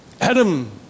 Adam